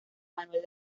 manuel